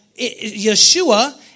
Yeshua